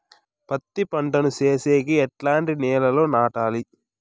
పత్తి పంట ను సేసేకి ఎట్లాంటి నేలలో నాటాలి?